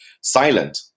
silent